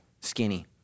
skinny